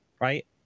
right